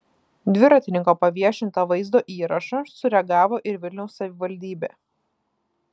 dviratininko paviešintą vaizdo įrašą sureagavo ir vilniaus savivaldybė